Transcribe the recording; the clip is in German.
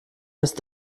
ist